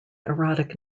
erotic